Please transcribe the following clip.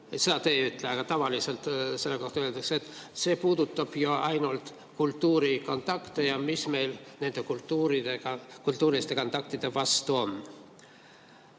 seda te ei ütle, aga tavaliselt selle kohta öeldakse, et see puudutab ju ainult kultuurikontakte ja mis meil nende kultuurikontaktide vastu on.